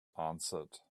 answered